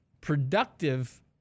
productive